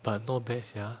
but not bad sia